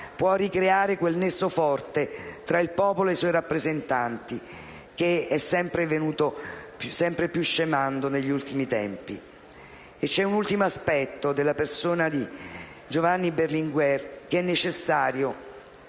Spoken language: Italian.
può ricreare quel nesso forte tra il popolo e i suoi rappresentanti che è venuto sempre più scemando negli ultimi decenni. C'è un ultimo aspetto della personalità di Giovanni Berlinguer che è necessario